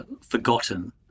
forgotten